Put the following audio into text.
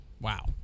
Wow